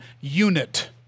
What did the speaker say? Unit